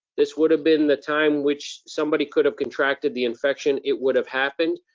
this would have been the time which somebody could have contracted the infection. it would have happened.